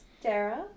Dara